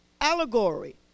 Allegory